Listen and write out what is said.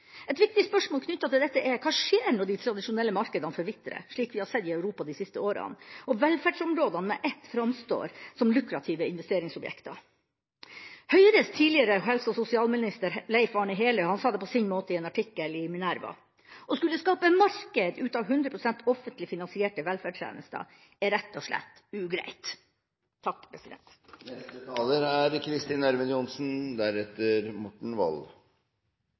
Et viktig spørsmål knyttet til dette er: Hva skjer når de tradisjonelle markedene forvitrer, slik vi har sett i Europa de siste årene, og velferdsområdene med ett framstår som lukrative investeringsobjekter? Høyres tidligere helse- og sosialminister Leif Arne Heløe sa det på sin måte i en artikkel i Minerva: Å skulle skape marked ut av hundre prosent offentlig finansierte velferdstjenester er rett og slett ugreit.